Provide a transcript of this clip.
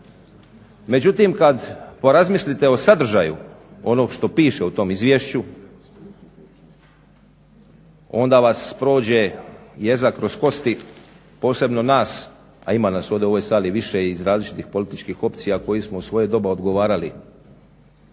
Međutim, kada porazmislite o sadržaju onog što piše u tom izvješću onda vas prođe jeza kroz kosti posebno nas, a ima nas u ovdje u ovoj sali više iz različitih političkih opcija koji smo u svoje doba odgovarali